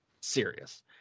serious